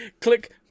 click